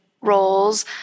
roles